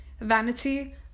vanity